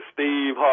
Steve